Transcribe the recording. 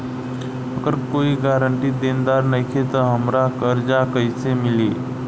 अगर कोई गारंटी देनदार नईखे त हमरा कर्जा कैसे मिली?